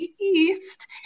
East